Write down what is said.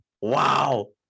wow